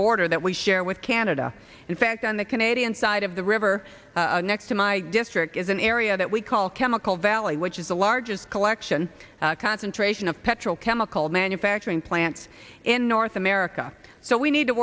border that we share with canada in fact on the canadian side of the river next to my district is an area that we call chemical valley which is the largest collection concentration of petro chemical manufacturing plants in north america so we need to